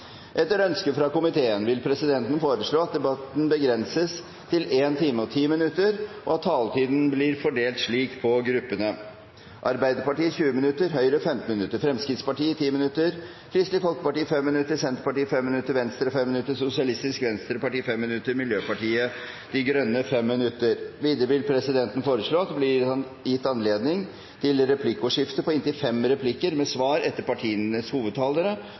Etter ønske fra finanskomiteen vil presidenten foreslå at debatten blir begrenset til 1 time og 10 minutter, og at taletiden blir fordelt slik på gruppene: Arbeiderpartiet 20 minutter, Høyre 15 minutter, Fremskrittspartiet 10 minutter, Kristelig Folkeparti 5 minutter, Senterpartiet 5 minutter, Venstre 5 minutter, Sosialistisk Venstreparti 5 minutter og Miljøpartiet De Grønne 5 minutter. Videre vil presidenten foreslå at det blir gitt anledning til replikkordskifte på inntil fem replikker med svar etter partienes hovedtalere